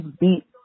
beat